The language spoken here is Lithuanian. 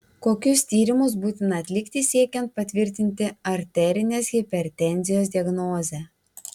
kokius tyrimus būtina atlikti siekiant patvirtinti arterinės hipertenzijos diagnozę